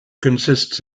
consists